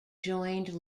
joined